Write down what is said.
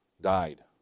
died